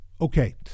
okay